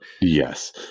Yes